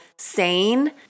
sane